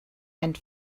and